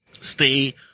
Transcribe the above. stay